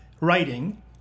writing